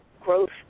growth